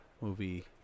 movie